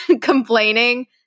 complaining